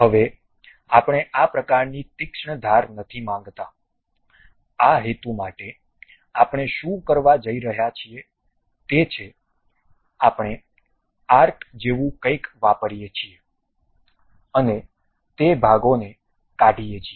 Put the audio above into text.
હવે આપણે આ પ્રકારની તીક્ષ્ણ ધાર નથી માંગતા આ હેતુ માટે આપણે શું કરવા જઈ રહ્યા છીએ તે છે આપણે આર્ક જેવું કંઈક વાપરીએ છીએ અને તે ભાગોને કાઢીએ છીએ